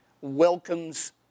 welcomes